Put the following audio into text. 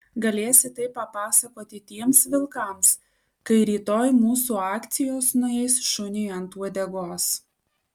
galėsi tai papasakoti tiems vilkams kai rytoj mūsų akcijos nueis šuniui ant uodegos